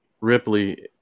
Ripley